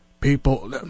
people